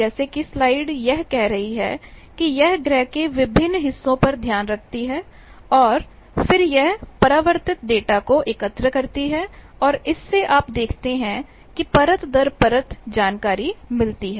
जैसे कि स्लाइड यह कर रही है कि यह ग्रह के विभिन्न हिस्सों पर ध्यान रखती है और फिर यह परावर्तित डेटा को एकत्रित करती है और इससे आप देखें कि परत दर परत जानकारी मिलती है